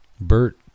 Bert